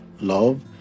love